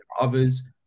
others